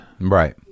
right